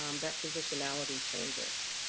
um that positionality changes.